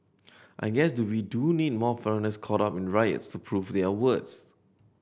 I guess to we do need more foreigners caught up in riots to prove their worth